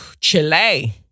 Chile